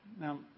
now